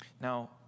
Now